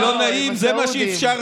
הלכתי לגמור את הפיצה שלי.